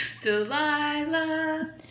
Delilah